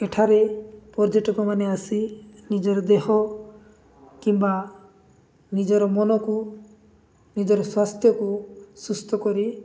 ଏଠାରେ ପର୍ଯ୍ୟଟକ ମାନେ ଆସି ନିଜର ଦେହ କିମ୍ବା ନିଜର ମନକୁ ନିଜର ସ୍ୱାସ୍ଥ୍ୟକୁ ସୁସ୍ଥ କରି